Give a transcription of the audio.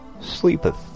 sleepeth